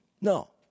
No